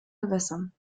gewässern